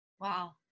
Wow